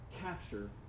capture